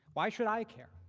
why should i care?